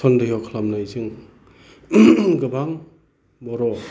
सनदेह' खालामनायजों गोबां बर'